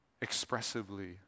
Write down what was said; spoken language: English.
expressively